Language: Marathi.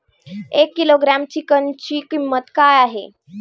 एक किलोग्रॅम चिकनची किंमत काय आहे?